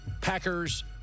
Packers